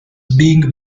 being